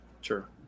Sure